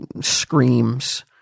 screams